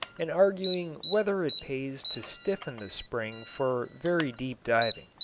and arguing whether it pays to stiffen the spring for very deep diving.